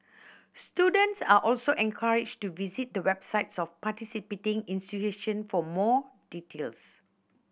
students are also encouraged to visit the websites of participating institution for more details